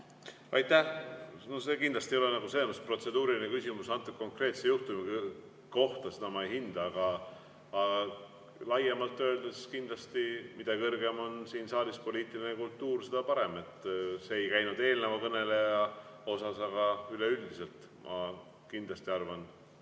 Aitäh! See kindlasti ei ole selles mõttes protseduuriline küsimus antud konkreetse juhtumi kohta. Seda ma ei hinda. Aga laiemalt öeldes kindlasti, mida kõrgem on siin saalis poliitiline kultuur, seda parem. See ei käinud eelneva kõneleja kohta, aga üleüldiselt. Ma kindlasti arvan,